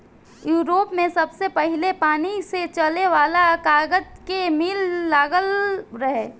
Europe में सबसे पहिले पानी से चले वाला कागज के मिल लागल रहे